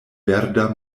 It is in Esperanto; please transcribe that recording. verda